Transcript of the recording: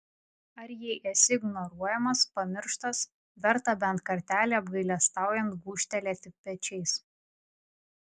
ar jei esi ignoruojamas pamirštas verta bent kartelį apgailestaujant gūžtelėti pečiais